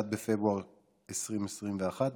1 בפברואר 2021,